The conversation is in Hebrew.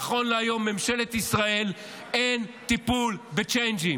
נכון להיום לממשלת ישראל אין טיפול בצ'יינג'ים,